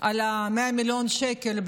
על ה-100 מיליון שקל,